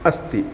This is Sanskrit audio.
अस्ति